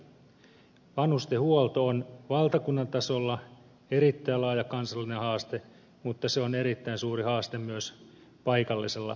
vanhustenhuolto on valtakunnan tasolla erittäin laaja kansallinen haaste mutta se on erittäin suuri haaste myös paikallisella tasolla